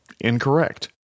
incorrect